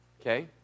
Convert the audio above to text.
okay